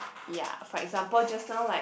ya for example just now like